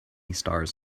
stars